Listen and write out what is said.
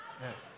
Yes